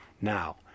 Now